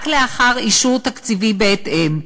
רק לאחר אישור תקציבי בהתאם,